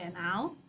now